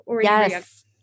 Yes